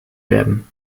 werden